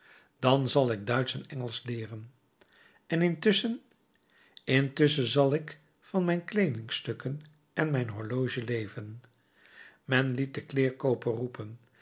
dan zal ik duitsch en engelsch leeren en intusschen intusschen zal ik van mijn kleedingstukken en mijn horloge leven men liet den kleêrkooper roepen